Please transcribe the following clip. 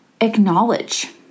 acknowledge